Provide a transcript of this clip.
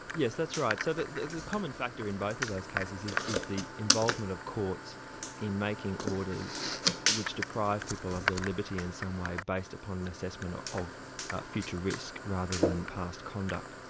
yes, that's right. so the the common factor in both of those cases is is the involvement of courts in making orders which deprive people of their liberty in some way based upon an assessment of of future risk, rather than past conduct.